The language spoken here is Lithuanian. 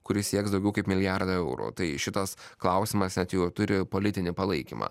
kuri sieks daugiau kaip milijardą eurų tai šitas klausimas net jau turi politinį palaikymą